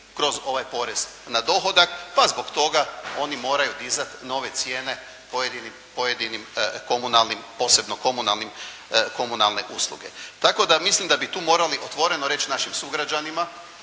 kroz ovaj porez na dohodak pa zbog toga oni moraju dizati nove cijene pojedinim komunalnim, posebno komunalne usluge. Tako da mislim da bi tu morali otvoreno reći našim sugrađanima